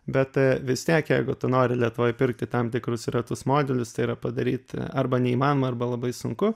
bet vis tiek jeigu tu nori lietuvoj pirkti tam tikrus retus modelius tai yra padaryt arba neįmanoma arba labai sunku